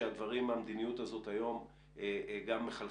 מהימים האחרונים לגבי שינויים במדיניות האשראי במשכנתאות,